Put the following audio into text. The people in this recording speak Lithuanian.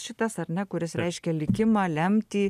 šitas ar ne kuris reiškia likimą lemtį